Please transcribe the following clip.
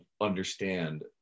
understand